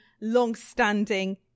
long-standing